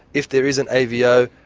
if there is an avo,